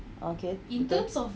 okay and then